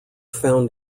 found